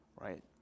right